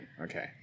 Okay